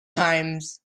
times